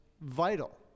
vital